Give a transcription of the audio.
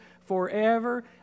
forever